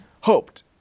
hoped